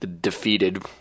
defeated